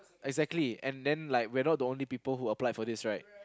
exactly and then like we're not the only people who applied for this right